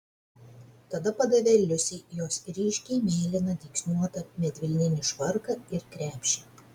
tada padavė liusei jos ryškiai mėlyną dygsniuotą medvilninį švarką ir krepšį